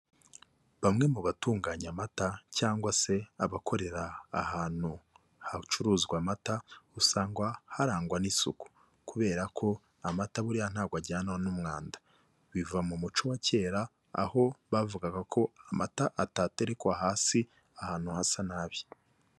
Mamwe mu batunganya amata cyangwa se abakorera ahantu hacuruzwa amata, usangwa harangwa n'isuku. Kubera ko amata buriya ntago ajyana n'umwanda. Biva mu muco wa kera, aho bavugaga ko amata ataterekwa hasi, ahantu hasa nabi.